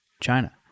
China